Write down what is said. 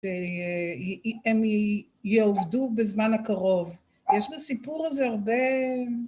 שהם יעובדו בזמן הקרוב. יש בסיפור הזה הרבה...